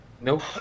Nope